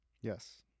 Yes